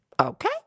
Okay